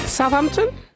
Southampton